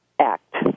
act